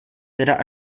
teda